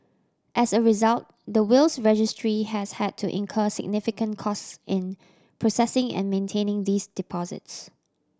as a result the Wills Registry has had to incur significant costs in processing and maintaining these deposits